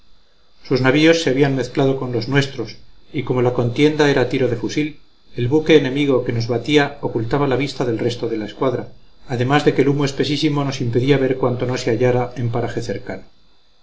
ingleses sus navíos se habían mezclado con los nuestros y como la contienda era a tiro de fusil el buque enemigo que nos batía ocultaba la vista del resto de la escuadra además de que el humo espesísimo nos impedía ver cuanto no se hallara en paraje cercano